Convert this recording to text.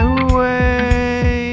away